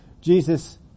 Jesus